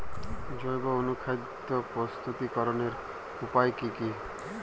জৈব অনুখাদ্য প্রস্তুতিকরনের উপায় কী কী?